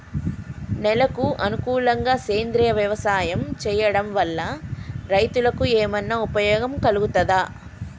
నేలకు అనుకూలంగా సేంద్రీయ వ్యవసాయం చేయడం వల్ల రైతులకు ఏమన్నా ఉపయోగం కలుగుతదా?